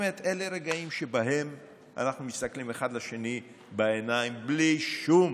אלה רגעים שבהם אנחנו מסתכלים אחד לשני בעיניים בלי שום